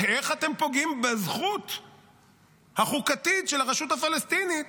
איך אתם פוגעים בזכות החוקתית של הרשות הפלסטינית